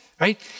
right